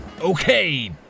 Okay